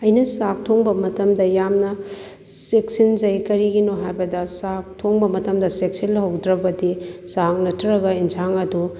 ꯑꯩꯅ ꯆꯥꯛ ꯊꯣꯡꯕ ꯃꯇꯝꯗ ꯌꯥꯝꯅ ꯆꯦꯛꯁꯤꯟꯖꯩ ꯀꯔꯤꯒꯤꯅꯣ ꯍꯥꯏꯕꯗ ꯆꯥꯛ ꯊꯣꯡꯕ ꯃꯇꯝꯗ ꯆꯦꯛꯁꯤꯜꯍꯧꯗ꯭ꯔꯕꯗꯤ ꯆꯥꯛ ꯅꯠꯇ꯭ꯔꯒ ꯏꯟꯁꯥꯡ ꯑꯗꯨ